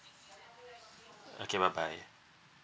okay bye bye